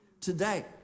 today